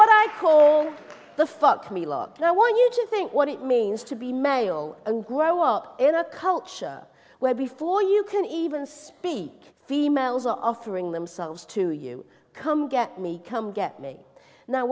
call the fuck me lock i want you to think what it means to be mayo and grow up in a culture where before you can even speak females are offering themselves to you come get me come get me now